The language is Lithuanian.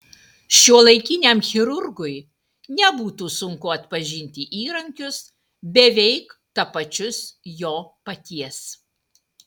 šiuolaikiniam chirurgui nebūtų sunku atpažinti įrankius beveik tapačius jo paties